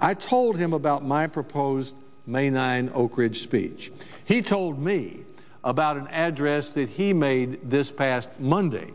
i told him about my proposed may ninth oakridge speech he told me about an address that he made this past monday